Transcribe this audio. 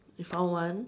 we found one